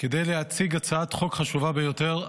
כדי להציג הצעת חוק חשובה ביותר,